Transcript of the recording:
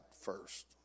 first